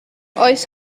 oes